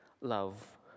love